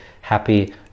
happy